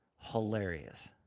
hilarious